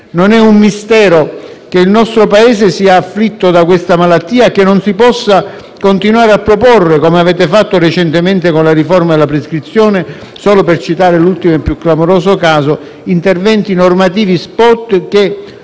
Non è un mistero che il nostro Paese sia afflitto da questa malattia, e che non si possa continuare a proporre, come avete fatto recentemente con la riforma della prescrizione - solo per citare l'ultimo e più clamoroso caso - interventi normativi *spot*, che